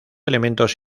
elementos